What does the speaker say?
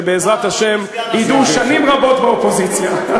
ושבעזרת השם ידעו שנים רבות באופוזיציה.